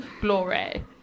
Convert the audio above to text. Glory